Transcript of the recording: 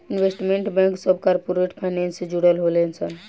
investment bank सभ corporate finance से जुड़ल होले सन